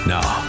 Now